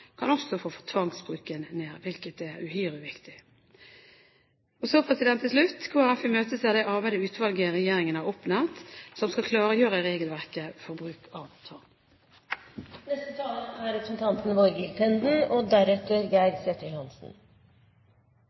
kan også få tvangsbruken ned, hvilket er uhyre viktig. Så til slutt: Kristelig Folkeparti imøteser arbeidet til det utvalget regjeringen har oppnevnt, som skal klargjøre regelverket for bruk av tvang. Bare en kort stemmeforklaring fra Venstre. Jeg har fulgt debatten, det er en viktig debatt, og